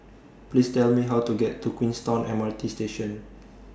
Please Tell Me How to get to Queenstown M R T Station